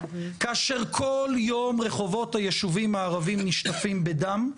כאשר כל יום רחובות הרחוב הערבי נשטפים בדם,